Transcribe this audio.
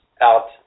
out